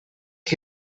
que